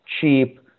cheap